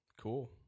Cool